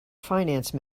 finance